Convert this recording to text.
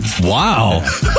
Wow